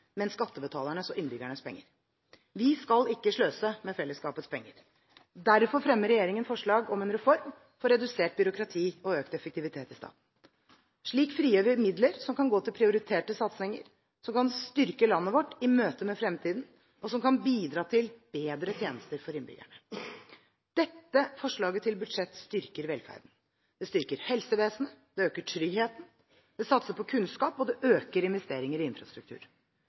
men skattebetalernes og innbyggernes penger. Vi skal ikke sløse med fellesskapets penger. Derfor fremmer regjeringen forslag om en reform for redusert byråkrati og økt effektivitet i staten. Slik frigjør vi midler som kan gå til prioriterte satsinger, som kan styrke landet vårt i møte med fremtiden, og som kan bidra til bedre tjenester for innbyggerne. Dette forslaget til budsjett styrker velferden. Det styrker helsevesenet, det øker tryggheten, det satser på kunnskap, og det øker investeringer i infrastruktur.